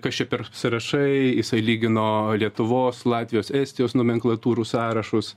kas čia per sąrašai jisai lygino lietuvos latvijos estijos nomenklatūrų sąrašus